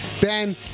Ben